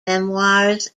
memoirs